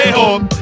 home